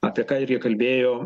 apie ką ir jie kalbėjo